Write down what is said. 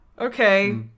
Okay